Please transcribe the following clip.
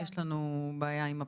אז גם פה יש לנו בעיה עם הפיקוח.